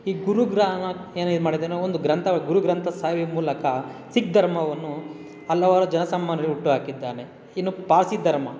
ಈ ಗುರು ನಾನಕ್ ಏನು ಇದು ಮಾಡಿದ್ದಾನೋ ಒಂದು ಗ್ರಂಥ ಗುರು ಗ್ರಂಥ್ ಸಾಹಿಬ್ ಮೂಲಕ ಸಿಖ್ ಧರ್ಮವನ್ನು ಹಲವಾರು ಜನ ಸಾಮಾನ್ಯರು ಹುಟ್ಟು ಹಾಕಿದ್ದಾನೆ ಇನ್ನು ಪಾರ್ಸಿ ಧರ್ಮ